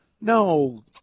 No